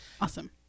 Awesome